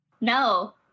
No